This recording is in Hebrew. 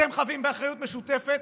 אתם חבים באחריות משותפת,